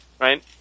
right